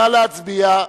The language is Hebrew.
נא להצביע.